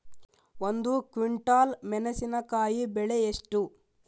ಒಂದು ಕ್ವಿಂಟಾಲ್ ಮೆಣಸಿನಕಾಯಿ ಬೆಲೆ ಎಷ್ಟು?